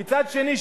ומצד שני,